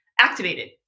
activated